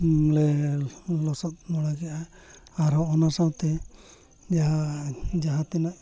ᱞᱮ ᱞᱚᱥᱚᱫ ᱵᱟᱲᱟ ᱠᱮᱜᱼᱟ ᱟᱨᱦᱚᱸ ᱚᱱᱟ ᱥᱟᱶᱛᱮ ᱡᱟᱦᱟᱸ ᱡᱟᱦᱟᱸ ᱛᱤᱱᱟᱹᱜ